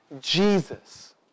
Jesus